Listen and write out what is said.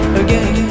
again